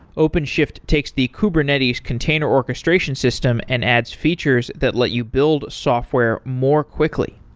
openshift takes the kubernetes container orchestration system and adds features that let you build software more quickly.